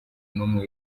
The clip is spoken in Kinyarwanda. n’umwe